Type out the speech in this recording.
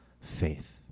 faith